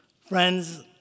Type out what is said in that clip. Friends